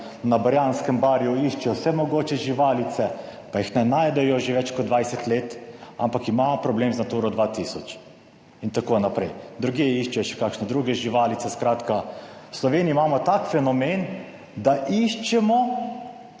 na Barjanskem barju iščejo vse mogoče živalice, pa jih ne najdejo že več kot 20 let, ampak imamo problem z Naturo 2000 in tako naprej. Drugje iščejo še kakšne druge živalice. Skratka, v Sloveniji imamo tak fenomen, da iščemo